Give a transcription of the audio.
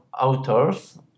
authors